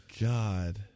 God